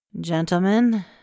Gentlemen